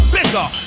bigger